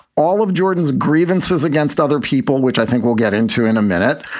all of jordan's grievances against other people, which i think we'll get into in a minute,